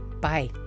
Bye